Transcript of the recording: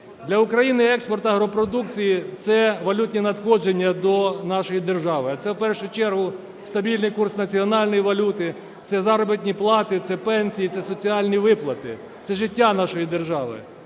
Для України експорт агропродукції – це валютні надходження до нашої держави, а це в першу чергу стабільний курс національної валюти, це заробітні плати, це пенсії, це соціальні виплати, це життя нашої держави.